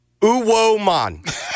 Uwoman